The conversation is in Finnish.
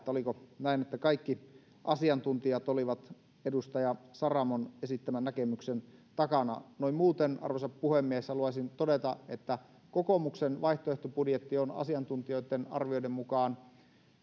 oliko näin että kaikki asiantuntijat olivat edustaja saramon esittämän näkemyksen takana noin muuten arvoisa puhemies haluaisin todeta että kokoomuksen vaihtoehtobudjetti on asiantuntijoitten arvioiden mukaan